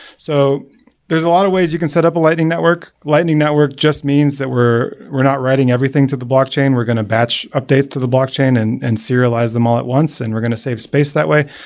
so there's a lot of ways you can setup a lightning network. lightning network just means that we're we're not writing everything to the blockchain. we're going to batch updates to the blockchain and and serialize them all at once and we're going to save space that way.